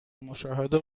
مشاهده